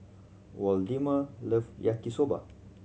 Waldemar love Yaki Soba